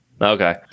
Okay